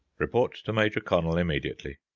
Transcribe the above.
report to major connel immediately.